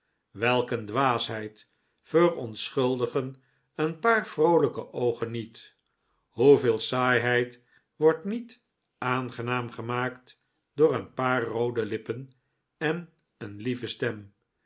welk een dwaasheid verontschuldigen een paar vroolijke oogen niet hoeveel saaiheid wordt niet aangenaam gemaakt door een paar roode lippen en een lieve stem